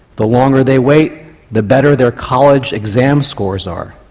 the longer they wait the better their college exam scores are.